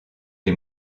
les